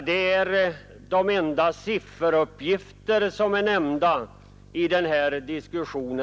Detta är de enda sifferuppgifter som har nämnts i denna diskussion.